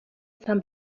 сан